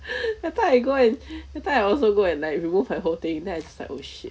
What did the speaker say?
that time I go and that time I also go and like remove my whole thing then it's like oh shit